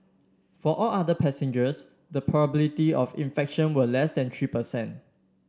for all other passengers the probability of infection was less than three per cent